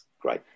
great